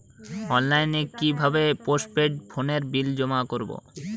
অনলাইনে কি ভাবে পোস্টপেড ফোনের বিল জমা করব?